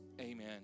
amen